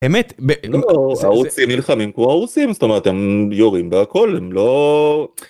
אמת, הרוסים נלחמים כמו הרוסים, זאת אומרת, הם יורים בהכל, הם לא...